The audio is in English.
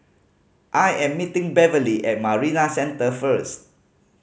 I am meeting Beverly at Marina Centre first